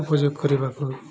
ଉପଯୋଗ କରିବାକୁ